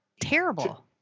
Terrible